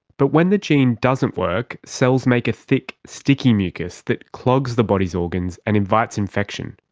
but when the gene doesn't work, cells make a thick sticky mucus that clogs the body's organs and invites infection.